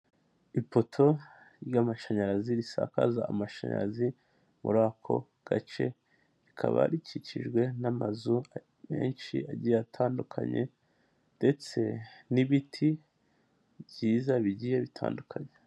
Ipoto ry'amashanyarazi risakaza amashanyarazi muri ako gace rikaba rikikijwe n'amazu menshi agiye atandukanye ndetse n'ibiti byiza bigiye bitandukanye.